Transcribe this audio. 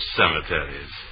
cemeteries